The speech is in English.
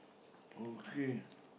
okay